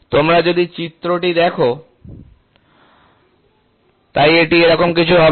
তোমরা যদি চিত্রটি দেখ তাই এটি এরকম কিছু হবে